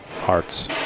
hearts